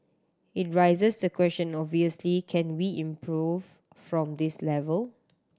it raises the question obviously can we improve from this level